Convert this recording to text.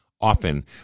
often